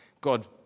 God